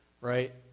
Right